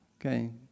Okay